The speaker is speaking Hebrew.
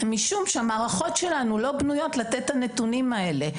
משום שהמערכות שלנו לא בנויות לתת את הנתונים האלה.